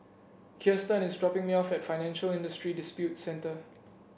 Kiersten is dropping me off at Financial Industry Disputes Center